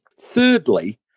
Thirdly